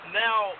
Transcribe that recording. now